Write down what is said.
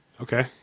Okay